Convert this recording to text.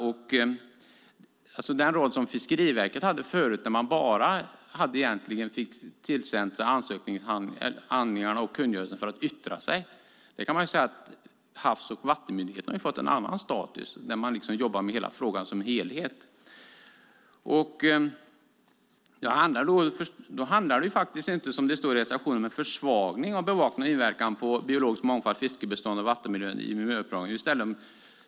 Tidigare fick Fiskeriverket tillsänt sig ansökningshandlingar och kungörelser bara för att yttra sig. Havs och vattenmyndigheten får en annan status och får jobba med frågan som helhet. Det handlar inte om, som det står i reservationen, om en försvagning av bevakningen av inverkan på den biologiska mångfalden, fiskebestånden och vattenmiljön i miljöprövningen.